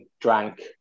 drank